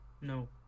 No